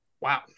Wow